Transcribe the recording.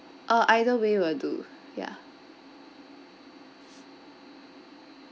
uh either way will do ya